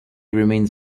remains